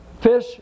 fish